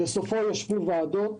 בסופו ישבו ועדות,